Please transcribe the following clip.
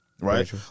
right